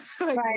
Right